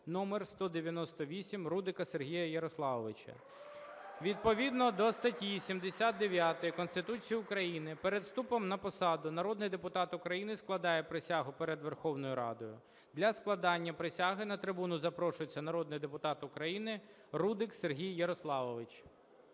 № 198 Рудика Сергія Ярославовича. Відповідно до статті 79 Конституції України перед вступом на посаду народний депутат України складає присягу перед Верховною Радою. Для складання присяги на трибуну запрошується народний депутат України Рудик Сергій Ярославович.